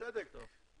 שבצדק